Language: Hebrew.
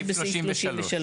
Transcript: הסעיף אושר.